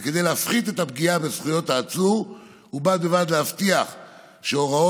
וכדי להפחית את הפגיעה בזכויות העצור ובד בבד להבטיח שהוראת